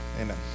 Amen